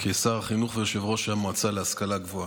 כשר החינוך וכיושב-ראש המועצה להשכלה גבוהה.